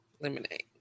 lemonade